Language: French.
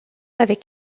avec